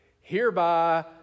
Hereby